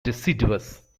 deciduous